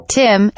tim